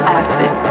acid